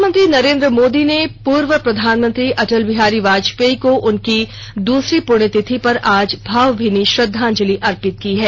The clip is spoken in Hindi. प्रधानमंत्री नरेन्द्र मोदी ने पूर्व प्रधानमंत्री अटल बिहारी वाजपेयी को उनकी दूसरी पृण्यतिथि पर भावभीनी श्रद्दांजलि अर्पित की है